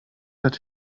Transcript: hat